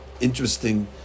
interesting